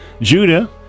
judah